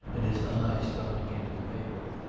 and his eyes dropped again to the paper.